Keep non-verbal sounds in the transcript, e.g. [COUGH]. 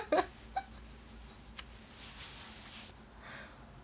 [LAUGHS]